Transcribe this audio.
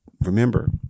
remember